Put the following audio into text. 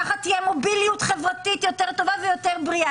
ככה תהיה מוביליות חברתית יותר טובה ויותר בריאה.